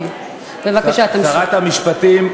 שרת המשפטים,